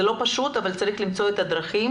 זה לא פשוט אבל צריך למצוא את הדרכים